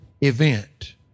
event